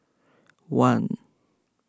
one